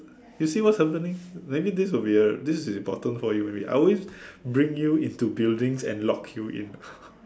you see what's happening maybe this will be a this will be bottom for you maybe I always bring you into buildings and lock you in